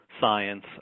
science